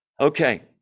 Okay